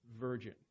virgin